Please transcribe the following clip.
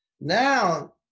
Now